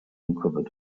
uncovered